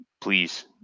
please